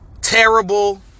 terrible